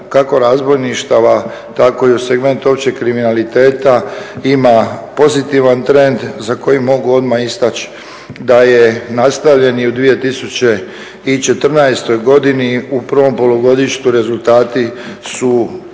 kako razbojništava tako i u segmentu općeg kriminaliteta ima pozitivan trend za koji mogu odmah istaći da je nastavljen i u 2014. godini. U prvom polugodištu rezultati su